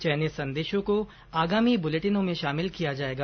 चयनित संदेशों को आगामी बुलेटिनों में शामिल किया जाएगा